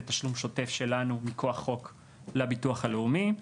זה תשלום שוטף שלנו מכוח חוק לביטוח הלאומי,